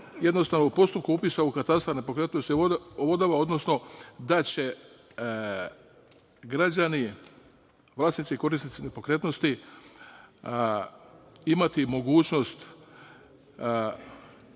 jednostavno u postupku upisa u katastar nepokretnosti i vodova, odnosno da će građani, vlasnici i korisnici nepokretnosti imati mogućnost